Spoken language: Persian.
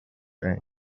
رنگ